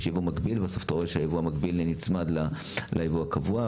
יש ייבוא מקביל ובסוף אתה רואה שהייבוא המקביל נצמד לייבוא הקבוע,